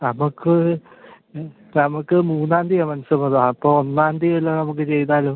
നമുക്ക് നമുക്ക് മൂന്നാം തിയതിയാണ് മനസമ്മതം അപ്പോൾ ഒന്നാം തിയതിയില് നമുക്ക് ചെയ്താലോ